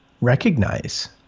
recognize